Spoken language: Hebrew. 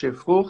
משה פרוכט,